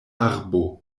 arbo